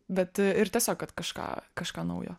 bet tiesiog kad kažką kažką naujo